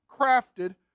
crafted